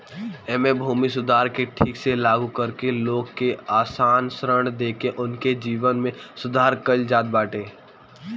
एमे भूमि सुधार के ठीक से लागू करके लोग के आसान ऋण देके उनके जीवन में सुधार कईल जात बाटे